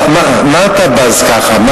מה אתה בז ככה?